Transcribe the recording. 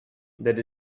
that